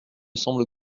semble